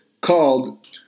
called